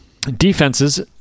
Defenses